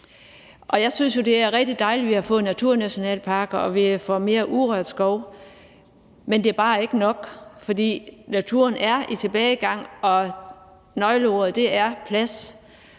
Jeg synes jo, det er rigtig dejligt, at vi har fået naturnationalparker, og at vi får mere urørt skov, men det er bare ikke nok, for naturen er i tilbagegang, og nøgleordet er plads,